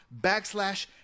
backslash